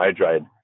hydride